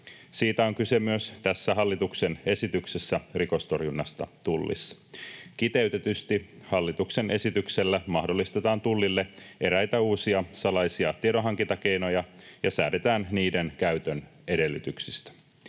Siitä on kyse myös tässä hallituksen esityksessä rikostorjunnasta Tullissa. Kiteytetysti hallituksen esityksellä mahdollistetaan Tullille eräitä uusia salaisia tiedonhankintakeinoja ja säädetään niiden käytön edellytyksistä.